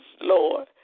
Lord